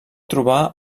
trobar